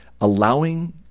allowing